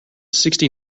sixty